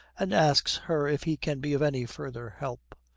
and asks her if he can be of any further help.